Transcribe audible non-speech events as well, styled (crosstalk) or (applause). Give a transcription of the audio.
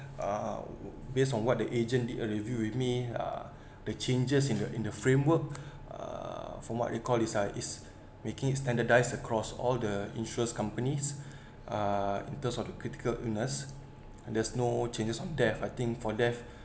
uh based on what the agent did a review with me uh the changes in the in the framework uh from what you call is like is making it standardised across all the insurance companies (breath) uh in terms of the critical illness and there's no changes of death I think for death